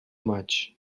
much